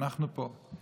אנחנו פה.